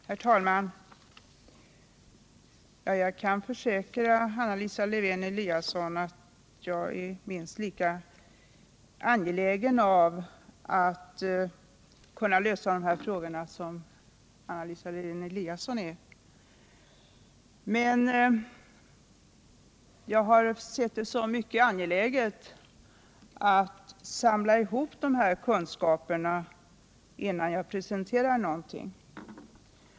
Herr talman! Jag kan försäkra Anna Lisa Lewén-Eliasson att jag är minst lika angelägen om att lösa de här frågorna som hon är. Men jag har sett det som mycket angeläget att samla in kunskaper innan jag presenterar någonting.